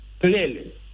clearly